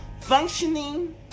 functioning